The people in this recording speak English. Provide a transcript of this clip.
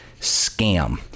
scam